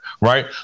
right